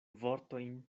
vortojn